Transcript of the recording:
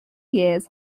years